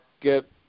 get